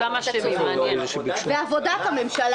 זה עבודת הממשלה.